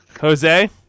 Jose